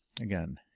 again